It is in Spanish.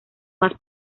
más